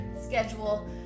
schedule